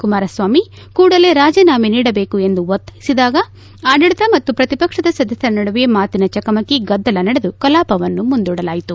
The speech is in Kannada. ಕುಮಾರಸ್ವಾಮಿ ಕೂಡಲೇ ರಾಜೀನಾಮ ನೀಡಬೇಕು ಎಂದು ಒತ್ತಾಯಿಸಿದಾಗ ಆಡಳಿತ ಮತ್ತು ಪ್ರತಿಪಕ್ಷದ ಸದಸ್ಟರ ನಡುವೆ ಮಾತಿನ ಚಕಮಕಿ ಗದ್ದಲ ನಡೆದು ಕಲಾಪವನ್ನು ಮುಂದೂಡಲಾಯಿತು